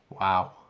wow